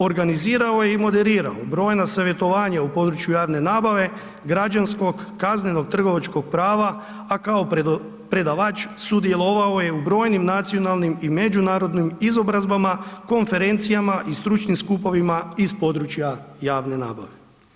Organizirao je i moderirao broja savjetovanja u području javne nabave, građanskog, kaznenog, trgovačkog prava a kao predavač sudjelovao je u brojnim nacionalnim i međunarodnim izobrazbama, konferencijama i stručnim skupovima iz područja javne nabave.